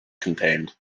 contained